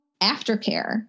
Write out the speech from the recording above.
aftercare